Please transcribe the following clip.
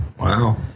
Wow